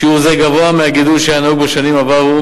שיעור זה גבוה מהגידול שהיה נהוג בשנים עברו.